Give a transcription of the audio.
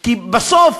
כי בסוף